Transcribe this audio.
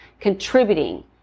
contributing